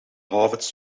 harvard